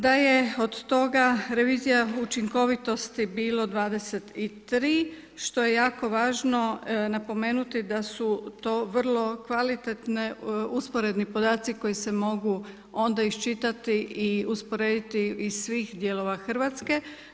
Da je od toga revizija učinkovitosti bilo 23 što je jako važno napomenuti da su to vrlo kvalitetne usporedni podaci koji se mogu onda iščitati i usporediti iz svih dijelova Hrvatske.